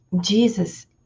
Jesus